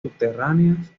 subterráneas